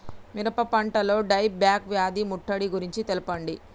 మిరప పంటలో dieback వ్యాధి ముట్టడి గురించి తెల్పండి?